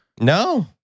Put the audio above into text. No